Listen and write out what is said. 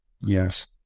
yes